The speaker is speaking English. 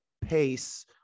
pace